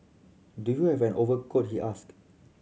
do you have an overcoat he asked